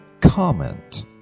comment